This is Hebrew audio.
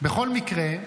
בכל מקרה,